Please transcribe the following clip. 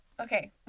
Okay